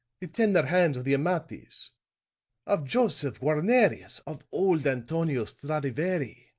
the tender hands of the amatis, of josef guarnerius, of old antonio stradivari,